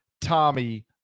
Tommy